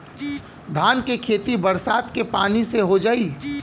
धान के खेती बरसात के पानी से हो जाई?